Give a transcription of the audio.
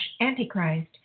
Antichrist